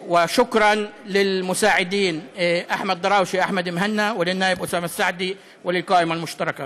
שמטרתם לתת לכם הזדמנות לערער על ההחלטות המקפחות של האגף הזה.